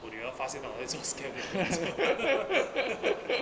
我的女儿发现到 eh smart